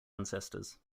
ancestors